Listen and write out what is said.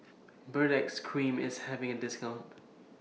Baritex Cream IS having A discount